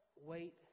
wait